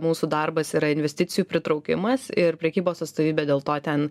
mūsų darbas yra investicijų pritraukimas ir prekybos atstovybė dėl to ten